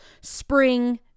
spring